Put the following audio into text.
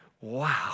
wow